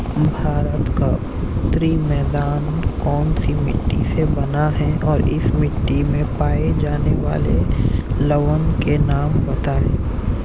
भारत का उत्तरी मैदान कौनसी मिट्टी से बना है और इस मिट्टी में पाए जाने वाले लवण के नाम बताइए?